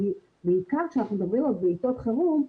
בעיקר כשאנחנו מדברים על עיתות חירום,